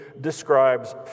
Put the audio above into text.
describes